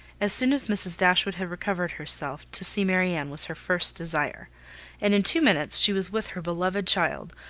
as soon as mrs. dashwood had recovered herself, to see marianne was her first desire and in two minutes she was with her beloved child,